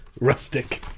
rustic